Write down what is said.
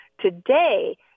today